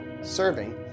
serving